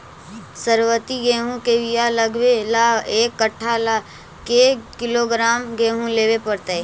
सरबति गेहूँ के बियाह लगबे ल एक कट्ठा ल के किलोग्राम गेहूं लेबे पड़तै?